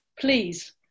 please